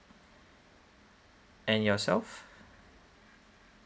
and yourself